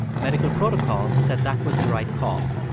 medical protocol said that was the right call.